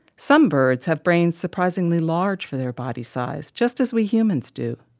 some birds have brains surprisingly large for their body size, just as we humans do.